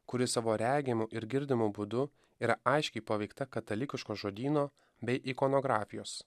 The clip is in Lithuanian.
kuri savo regimu ir girdimu būdu yra aiškiai paveikta katalikiško žodyno bei ikonografijos